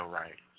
right